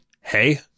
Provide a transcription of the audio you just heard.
Hey